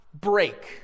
break